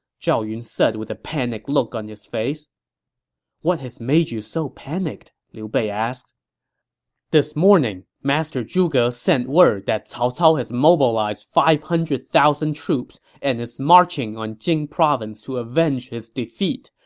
zhao yun said with a panicked look on his face what has made you so panicked? liu bei asked this morning, master zhuge sent word that cao cao has mobilized five hundred thousand troops and is marching on jing province to avenge his defeat.